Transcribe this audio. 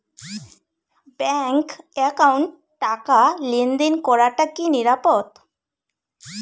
Bank একাউন্টত টাকা লেনদেন করাটা কি নিরাপদ?